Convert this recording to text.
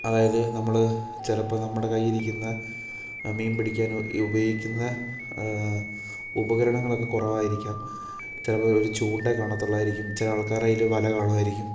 അതായത് നമ്മൾ ചിലപ്പോൾ നമ്മുടെ കൈയ്യിലിരിക്കുന്ന മീൻ പിടിക്കാൻ ഈ ഉപയോഗിക്കുന്ന ഉപകരണങ്ങളൊക്കെ കുറവായിരിക്കാം ചിലപ്പോൾ ഒരു ചൂണ്ടയേ കാണത്തുള്ളുവായിരിക്കും ചില ആൾക്കാരുടെ കയ്യിൽ വല കാണുമായിരിക്കും